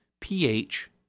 pH